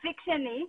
אפיק שני,